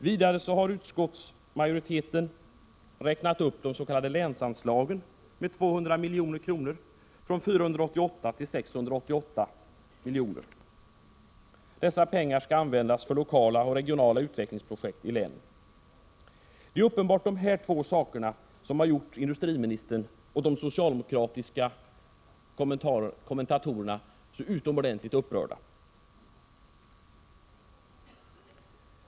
Vidare har utskottsmajoriteten räknat upp det s.k. länsanslaget med 200 milj.kr. från 488 till 688 milj.kr. Dessa pengar skall användas för lokala och regionala utvecklingsprojekt i länen. Det är uppenbart dessa två saker som har gjort industriministern och de socialdemokratiska kommentatorerna så utomordentligt upprörda.